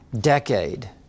decade